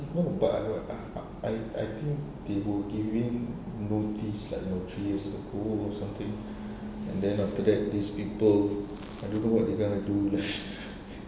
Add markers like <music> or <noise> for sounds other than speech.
no but I wh~ I uh I I think they will give in notice like know three years ago something <breath> and then after that these people I don't know what they gonna do <laughs>